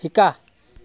শিকা